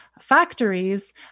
factories